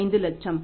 25 லட்சம்